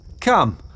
Come